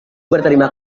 berterima